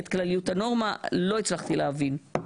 לא הצלחתי להבין.